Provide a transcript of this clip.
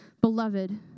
Beloved